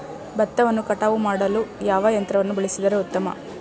ಭತ್ತವನ್ನು ಕಟಾವು ಮಾಡಲು ಯಾವ ಯಂತ್ರವನ್ನು ಬಳಸಿದರೆ ಉತ್ತಮ?